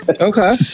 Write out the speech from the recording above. okay